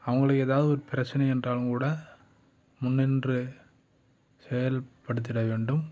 அவங்களுக்கு ஏதாவது ஒரு பிரச்சனை என்றாலும் கூட முன்னின்று செயல்படுத்திட வேண்டும்